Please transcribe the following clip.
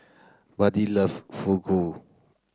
Buddy love Fugu